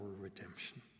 redemption